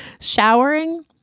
showering